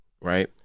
right